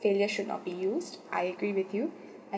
failure should not be used I agreed with you